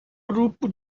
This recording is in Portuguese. grupo